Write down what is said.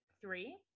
Three